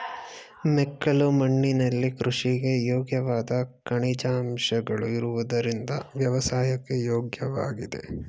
ಮೆಕ್ಕಲು ಮಣ್ಣಿನಲ್ಲಿ ಕೃಷಿಗೆ ಯೋಗ್ಯವಾದ ಖನಿಜಾಂಶಗಳು ಇರುವುದರಿಂದ ವ್ಯವಸಾಯಕ್ಕೆ ಯೋಗ್ಯವಾಗಿದೆ